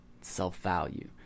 self-value